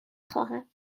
خواهم